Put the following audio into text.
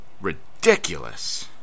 ridiculous